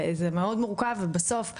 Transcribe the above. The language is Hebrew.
האם יהיה מאגר שבו יהיה אפשר לראות מי הורשע,